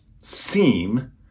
seem